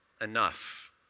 enough